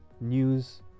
news